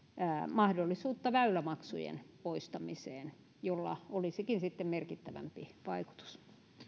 mahdollisuutta väylämaksujen poistamiseen jolla olisikin sitten merkittävämpi vaikutus